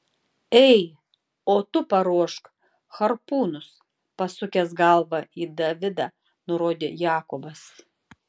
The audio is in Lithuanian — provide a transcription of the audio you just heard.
ei o tu paruošk harpūnus pasukęs galvą į davidą nurodė jakobas